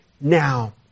now